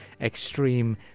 extreme